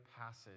passage